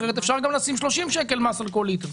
אחרת אפשר גם להטיל מס של 30 שקל על כל ליטר.